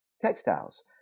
textiles